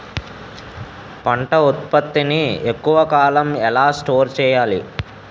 పంట ఉత్పత్తి ని ఎక్కువ కాలం ఎలా స్టోర్ చేయాలి?